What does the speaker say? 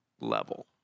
level